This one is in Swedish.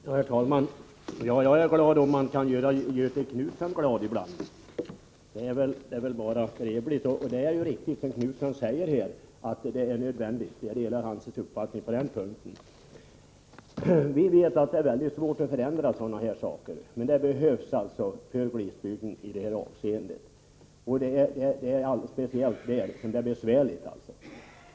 Herr talman! Det gläder mig att jag kan göra Göthe Knutson glad ibland — det är bara trevligt. Det är riktigt som Göthe Knutson säger, att det är nödvändigt med den här förändringen. Jag delar hans uppfattning på den punkten. Vi vet att det är väldigt svårt att förändra sådana här saker, men i det här avseendet är det nödvändigt att göra det med tanke på glesbygden, eftersom det är speciellt där man har det besvärligt.